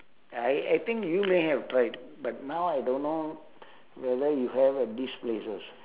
I I think you may have tried but now I don't know whether you have heard these places